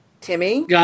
Timmy